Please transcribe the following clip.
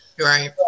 Right